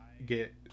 get